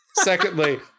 Secondly